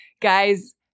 Guys